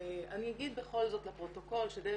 אני אגיד בכל זאת לפרוטוקול שדלת